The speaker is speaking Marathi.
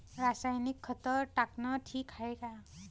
रासायनिक खत टाकनं ठीक हाये का?